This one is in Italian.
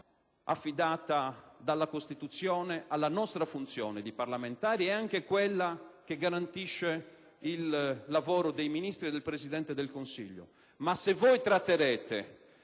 dalla Costituzione alla nostra funzione di parlamentari e anche in quella che garantisce il lavoro dei Ministri e del Presidente del Consiglio, ma declassarla